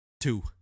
Two